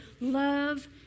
Love